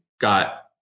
got